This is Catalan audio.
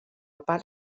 part